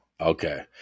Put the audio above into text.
Okay